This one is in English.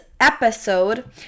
episode